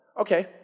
Okay